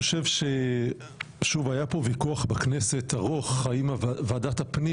היה ויכוח ארוך בכנסת האם ועדת הפנים